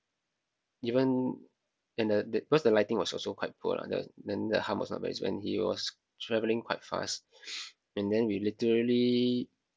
even in the the because the lighting was also quite poor lah there was then the the hump was not very and he was traveling quite fast and then we literally